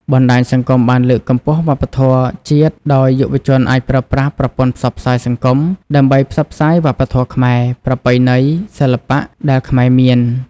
បណ្ដាញសង្គមបានលើកកម្ពស់វប្បធម៌ជាតិដោយយុវជនអាចប្រើប្រាស់ប្រព័ន្ធផ្សព្វផ្សាយសង្គមដើម្បីផ្សព្វផ្សាយវប្បធម៌ខ្មែរ ប្រពៃណី សិល្បៈ ដែលខ្មែរមាន។